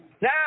Now